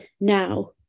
now